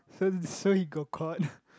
so so he got caught